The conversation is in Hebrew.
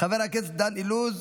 חבר הכנסת דן אילוז,